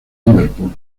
liverpool